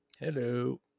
Hello